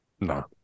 no